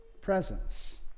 presence